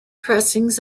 pressings